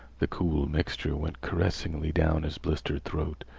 the cool mixture went caressingly down his blistered throat.